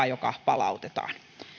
joka palautetaan